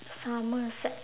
somerset